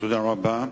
תודה רבה.